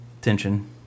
Tension